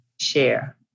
share